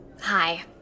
Hi